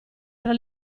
tra